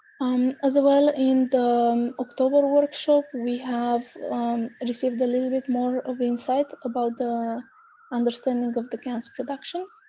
um as well in the um october and workshop we have um and received a little bit more of insight about the understanding of the gans production.